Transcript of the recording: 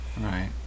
Right